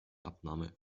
abnahme